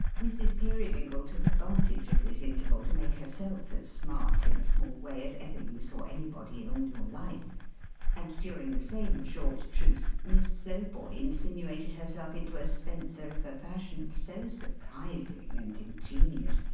mrs peerybingle took advantage of this interval, to make herself as smart in a small way as ever you saw anybody in all your life and during the same short truce, miss slowboy insinuated herself into a spencer of a fashion so surprising and ingenious,